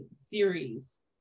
series